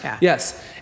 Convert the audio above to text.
Yes